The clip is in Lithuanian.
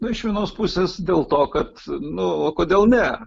nu iš vienos pusės dėl to kad nu o kodėl ne